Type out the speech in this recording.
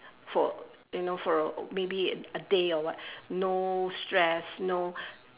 for you know for a maybe a day or what no stress no